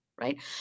right